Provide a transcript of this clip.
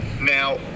Now